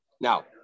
Now